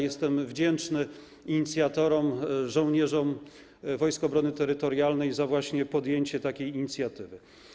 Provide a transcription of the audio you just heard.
Jestem wdzięczny inicjatorom, żołnierzom Wojsk Obrony Terytorialnej za podjęcie takiej inicjatywy.